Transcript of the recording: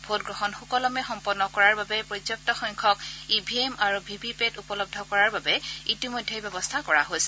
vote গ্ৰহণ সুকলমে সম্পন্ন কৰাৰ বাবে পৰ্যাপ্ত সংখ্যাক ই ভি এম আৰু ভি ভি পেট উপলব্ধ কৰাৰ বাবে ইতিমধ্যে ব্যৱস্থা কৰা হৈছে